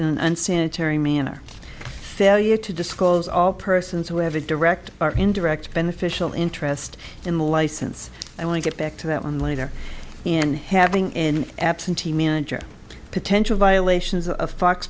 in unsanitary manner failure to disclose all persons who have a direct or indirect beneficial interest in the license and we get back to that one later in having an absentee manager potential violations